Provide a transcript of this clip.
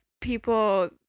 people